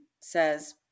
says